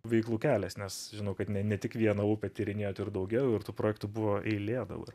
veiklų kelias nes žinau kad ne ne tik vieną upę tyrinėjot ir daugiau ir tų projektų buvo eilė dabar